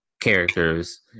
characters